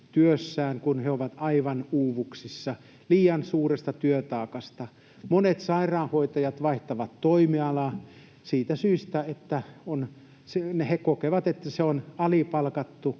kun he ovat aivan uuvuksissa liian suuresta työtaakasta? Monet sairaanhoitajat vaihtavat toimialaa siitä syystä, että he kokevat, että se on alipalkattu